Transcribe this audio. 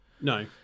no